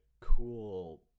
cool